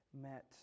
met